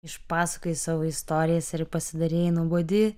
išpasakojai savo istorijas ir pasidarei nuobodi